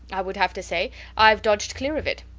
i would have to say ive dodged clear of it.